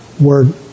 word